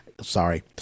Sorry